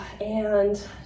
And-